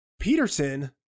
Peterson